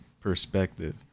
perspective